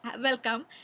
welcome